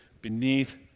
beneath